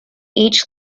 each